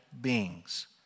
beings